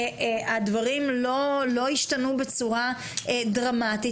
הם לא השתנו בצורה דרמטית.